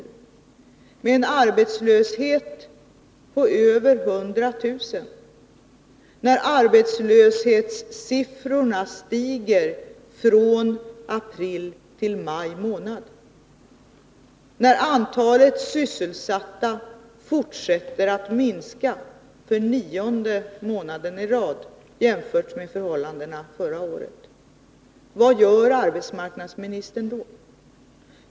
Vi har en arbetslöshet på över 100 000, och arbetslöshetssiffrorna stiger från april till maj månad. Antalet sysselsatta fortsätter att minska för nionde månaden i rad jämfört med förhållandena förra året. Vad gör arbetsmarknadsministern då?